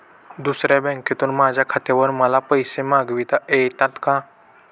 दुसऱ्या बँकेतून माझ्या खात्यावर मला पैसे मागविता येतात का?